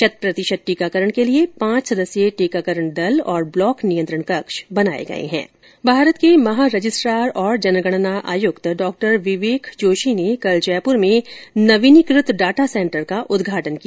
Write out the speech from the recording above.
शत प्रतिशत टीकाकरण के लिए पांच सदस्य टीकाकरण दल और ब्लॉक नियंत्रण कक्ष बनाए गए हैं भारत के महारजिस्ट्रार और जनगणना आयुक्त डॉ विवेक जोशी ने कल जयपूर में नवीनीकृत डाटा सेंटर का उद्घाटन किया